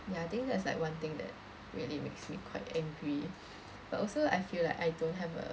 ya I think that's like one thing that really makes me quite angry but also I feel like I don't have a